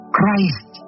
Christ